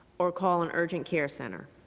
or call an urgent care center.